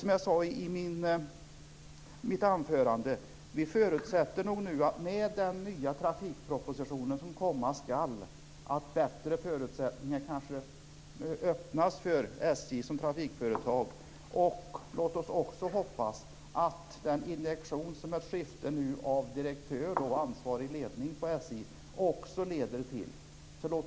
Som jag sade i mitt anförande: Vi förväntar oss att med den nya trafikpropositionen som komma skall att bättre förutsättningar öppnas för SJ som trafikföretag. Låt oss också hoppas att den injektion som ett skifte av direktör och ansvarig ledning för SJ innebär också leder till något nytt.